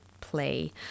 play